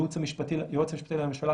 היועץ המשפטי לממשלה,